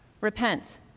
Repent